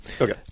Okay